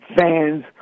fans